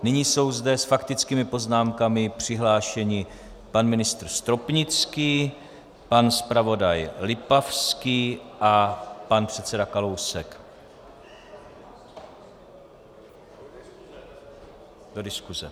Nyní jsou zde s faktickými poznámkami přihlášeni pan ministr Stropnický, pan zpravodaj Lipavský a pan předseda Kalousek do diskuse.